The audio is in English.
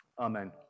amen